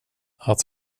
att